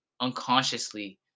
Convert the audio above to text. unconsciously